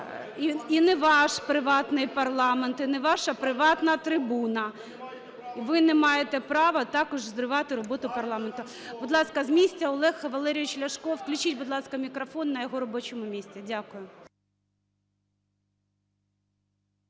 І не ваш приватний парламент і не ваша приватна трибуна. (Шум у залі) Ви не маєте права також зривати роботу парламенту. Будь ласка, з місця, Олег Валерійович Ляшко. Включіть, будь ласка, мікрофон на його робочому місці. Дякую.